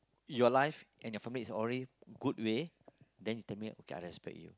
your life and your family is already good way then you tell me okay I respect you